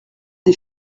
des